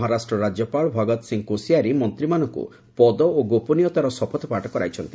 ମହାରାଷ୍ଟ୍ର ରାଜ୍ୟପାଳ ଭଗତ ସିଂହ କୋଶିଆରି ମନ୍ତ୍ରୀମାନଙ୍କୁ ପଦ ଓ ଗୋପନୀୟତାର ଶପଥପାଠ କରାଇଛନ୍ତି